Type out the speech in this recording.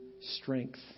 strength